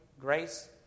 grace